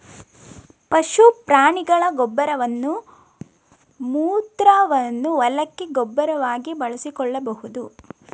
ಪಶು ಪ್ರಾಣಿಗಳ ಗೊಬ್ಬರವನ್ನು ಮೂತ್ರವನ್ನು ಹೊಲಕ್ಕೆ ಗೊಬ್ಬರವಾಗಿ ಬಳಸಿಕೊಳ್ಳಬೋದು